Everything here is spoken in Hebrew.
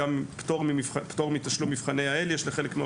לחלק מהאוכלוסיות יש גם פטור מתשלום מבחני יע"ל.